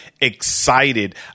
excited